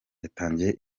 yatangiye